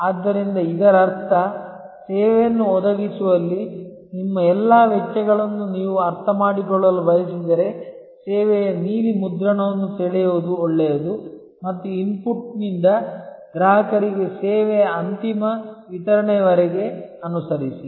ಆದ್ದರಿಂದ ಇದರರ್ಥ ಸೇವೆಯನ್ನು ಒದಗಿಸುವಲ್ಲಿ ನಿಮ್ಮ ಎಲ್ಲಾ ವೆಚ್ಚಗಳನ್ನು ನೀವು ಅರ್ಥಮಾಡಿಕೊಳ್ಳಲು ಬಯಸಿದರೆ ಸೇವೆಯ ನೀಲಿ ಮುದ್ರಣವನ್ನು ಸೆಳೆಯುವುದು ಒಳ್ಳೆಯದು ಮತ್ತು ಇನ್ಪುಟ್ನಿಂದ ಗ್ರಾಹಕರಿಗೆ ಸೇವೆಯ ಅಂತಿಮ ವಿತರಣೆಯವರೆಗೆ ಅನುಸರಿಸಿ